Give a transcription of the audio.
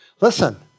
Listen